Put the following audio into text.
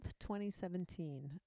2017